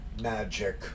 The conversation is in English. Magic